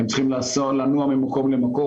הם צריכים לנוע ממקום למקום.